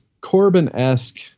corbin-esque